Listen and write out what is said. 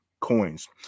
Coins